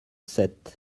sept